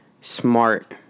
smart